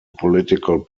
political